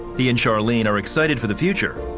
he and charlene are excited for the future,